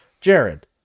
Jared